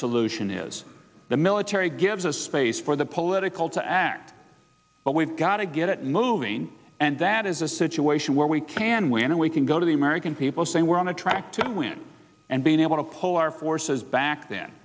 solution is the military gives us space for the political to act but we've got to get it moving and that is a situation where we can win and we can go to the american people say we're on a track to win and being able to pull our forces back the